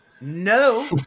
No